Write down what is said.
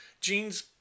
Gene's